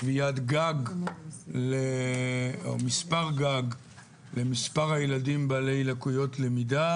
קביעת מספר גג למספר הילדים בעלי לקויות למידה.